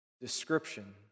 description